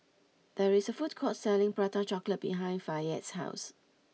there is a food court selling Prata Chocolate behind Fayette's house